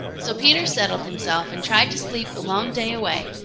so peter settled himself and tried to sleep the long day away,